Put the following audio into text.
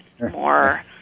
more